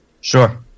Sure